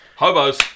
Hobos